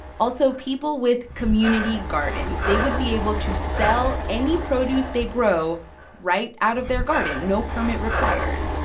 also, people with community gardens they would be able to sell any produce they grow right out of their garden, no permit required.